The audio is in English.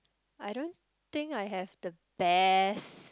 I don't think I have the best